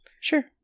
Sure